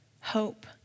hope